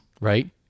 Right